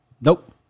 Nope